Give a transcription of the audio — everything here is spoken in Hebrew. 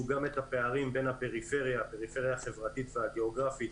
גם את הפערים בין הפריפריה החברתית והגיאוגרפית